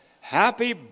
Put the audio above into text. Happy